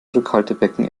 rückhaltebecken